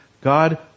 God